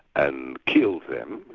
and killed them,